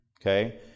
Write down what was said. Okay